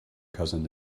cousin